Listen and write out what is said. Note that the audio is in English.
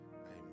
Amen